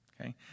Okay